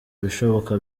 ibishoboka